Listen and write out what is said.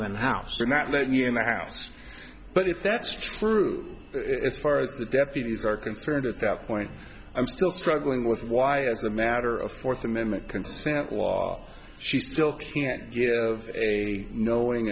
around the house or not let me in the house but if that's true as far as the deputies are concerned at that point i'm still struggling with why as a matter of fourth amendment consent law she still can't get a knowing